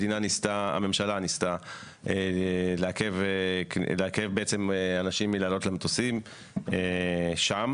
הממשלה ניסתה לעכב אנשים מלעלות למטוסים שם